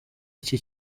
iki